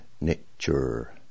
nature